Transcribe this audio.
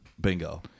Bingo